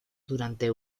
durante